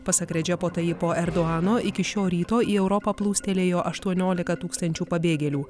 pasak redžepo tajipo erdohano iki šio ryto į europą plūstelėjo aštuoniolika tūkstančių pabėgėlių